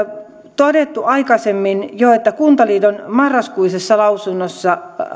todettu jo aikaisemmin että kuntaliiton marraskuisessa lausunnossa